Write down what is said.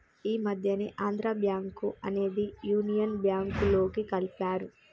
ఈ మధ్యనే ఆంధ్రా బ్యేంకు అనేది యునియన్ బ్యేంకులోకి కలిపారు